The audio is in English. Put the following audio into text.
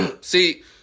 See